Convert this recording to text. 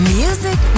music